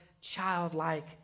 childlike